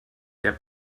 der